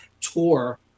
tour